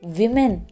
women